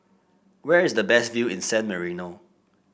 where is the best view in San Marino